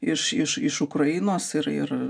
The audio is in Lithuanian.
iš iš iš ukrainos ir ir